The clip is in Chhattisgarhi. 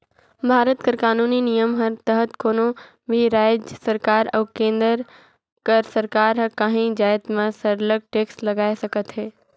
भारत कर कानूनी नियम कर तहत कोनो भी राएज सरकार अउ केन्द्र कर सरकार हर काहीं जाएत में सरलग टेक्स लगाए सकत अहे